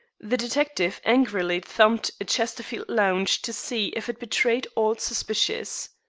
the detective angrily thumped a chesterfield lounge to see if it betrayed aught suspicious.